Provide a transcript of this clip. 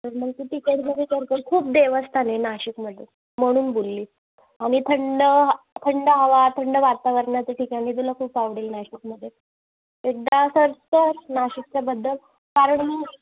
तर मग तू तिकडं जरी करतेस खूप देवस्थान आहे नाशिकमध्ये म्हणून बोलली आणि थंड ह थंड हवा थंड वातावरणाच्या ठिकाणी तुला खूप आवडेल नाशिकमध्ये एकदा सर्च कर नाशिकच्याबद्दल कारण मग